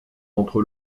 entre